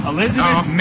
Elizabeth